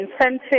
incentive